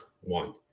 one